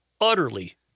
utterly—